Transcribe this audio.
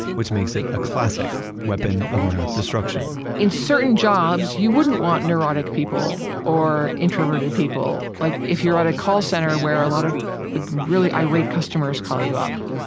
which makes it a classic weapon of math destruction in certain jobs, you wouldn't want neurotic people or introverted people. like if you're on a call center where a lot of ah really irate customers call you up,